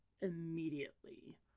immediately